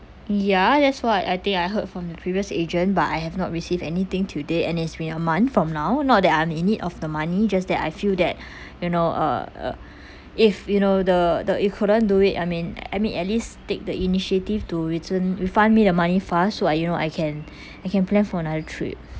ya that's what I think I heard from the previous agent but I have not receive anything to date and it's been a month from now not that I'm in need of the money just that I feel that you know uh uh if you know the the you couldn't do it I mean I mean at least take the initiative to return refund me the money fast so I you know I can I can plan for another trip